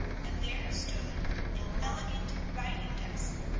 and there stood an elegant writing-desk,